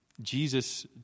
Jesus